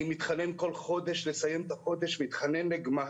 אני כל חודש מתחנן לסיים את החודש, מתחנן לגמ"ח.